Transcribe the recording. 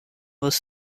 was